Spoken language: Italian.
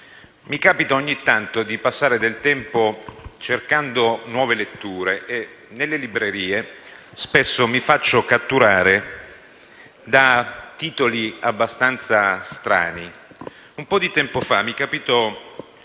mi capita ogni tanto di passare del tempo cercando nuove letture e nelle librerie spesso mi faccio catturare da titoli abbastanza strani. Un po' di tempo fa mi capitò